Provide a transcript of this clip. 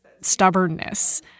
stubbornness